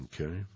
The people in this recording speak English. Okay